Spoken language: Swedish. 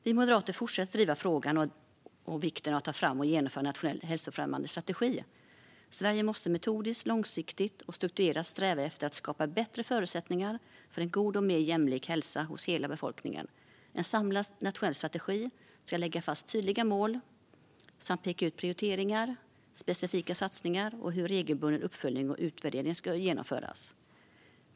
Vi moderater fortsätter att driva frågan om och vikten av att ta fram och genomföra en nationell hälsofrämjande strategi. Sverige måste metodiskt, långsiktigt och strukturerat sträva efter att skapa bättre förutsättningar för en god och mer jämlik hälsa hos hela befolkningen. En samlad nationell strategi ska lägga fast tydliga mål samt peka ut prioriteringar, specifika satsningar och hur regelbunden uppföljning och utvärdering ska genomföras.